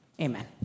amen